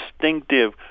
distinctive